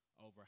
over